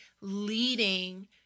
leading